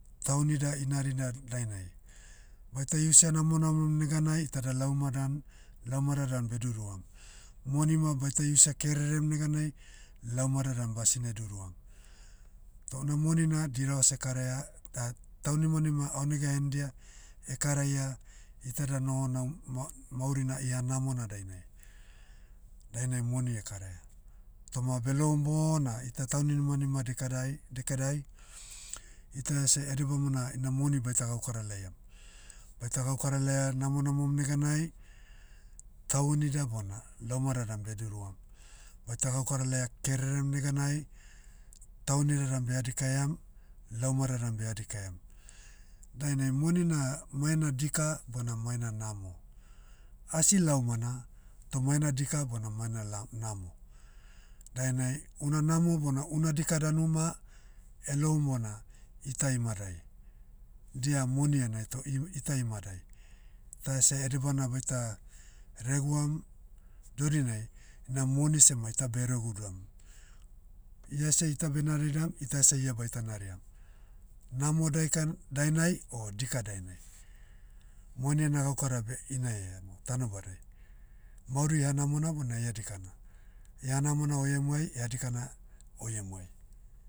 Taunida inarina dainai. Baita iusia namonamom neganai tada lauma dan, laumada dan beduruam. Moni ma baita iusia kererem neganai, laumada dan basine duruam. Toh una moni na dirava seh karaia, taunimanima aonega ehendia, ekaraia, iteda noho nam- ma- maurina ihanamona dainai. Dainai moni ekaraia. Toma beloum bona ita tauninimanima dikadai- dekedai, ita ese ede bamona ina moni baita gaukara laiam. Baita gaukara laia namonamom neganai, taunida bona, laumada dan beduruam. Baita gaukara laia kererem neganai, taunida dan beha dikaiam, laumada dan beha dikaiam. Dainai moni na, mai ena dika bona mai ena namo. Asi laumana, toh maiena dika bona maiena la- namo. Dainai, una namo bona una dika danu ma, eloum ona, ita imadai. Dia moni enai toh iu- ita imadai. Ta ese edebana baita, reguam, dodinai, ina moni seh ma ita beregudam. Iase ita benaridam, ita seh ia baita nariam. Namo daika- dainai, o dika dainai. Moni ena gaukara beh, inaea mo tanobadai. Mauri ihanamona bona iha dikana. Iha namona oiemuai iha dikana, oiemuai.